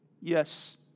yes